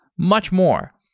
much more.